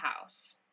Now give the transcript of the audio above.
house